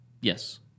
Yes